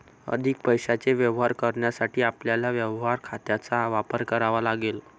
अधिक पैशाचे व्यवहार करण्यासाठी आपल्याला व्यवहार खात्यांचा वापर करावा लागेल